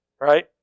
Right